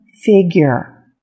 figure